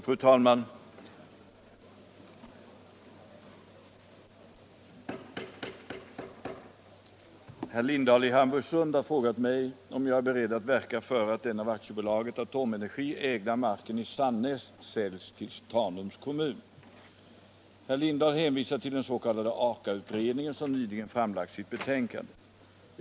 Fru talman! Herr Lindahl i Hamburgsund har frågat mig om jag är beredd att verka för att den av Aktiebolaget Atomenergi ägda marken i Sannäs säljs till Tanums kommun. Herr Lindahl hänvisar till den s.k. Aka-utredningen som nyligen framlagt sitt betänkande.